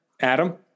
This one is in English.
Adam